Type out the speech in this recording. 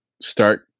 start